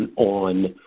and on